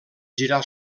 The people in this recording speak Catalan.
girar